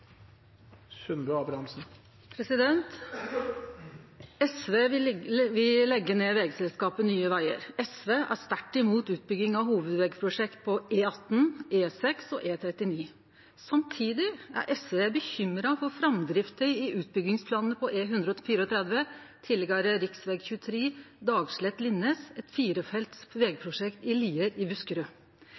Det blir replikkordskifte. SV vil leggje ned vegselskapet Nye Vegar. SV er sterkt imot utbygging av hovudvegprosjekt på E18, E6 og E39. Samtidig er SV bekymra for framdrifta i utbyggingsplanane på E134, tidlegare rv. 23, Dagslett–Linnes – eit firefelts vegprosjekt i Lier i